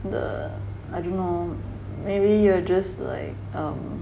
the I dunno maybe you're just like um